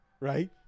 Right